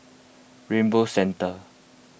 Rainbow Centre